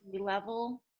level